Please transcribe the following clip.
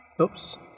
Oops